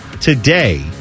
today